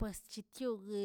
Pues chetioguə